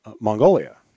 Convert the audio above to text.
Mongolia